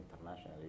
internationally